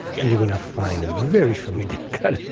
and you're going to find a very familiar cut